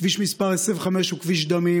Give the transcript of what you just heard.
כביש 25 הוא כביש דמים,